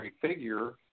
Figure